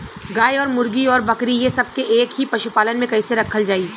गाय और मुर्गी और बकरी ये सब के एक ही पशुपालन में कइसे रखल जाई?